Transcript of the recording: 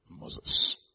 Moses